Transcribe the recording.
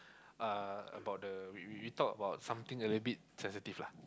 uh about the we we talk about something a little bit sensitive lah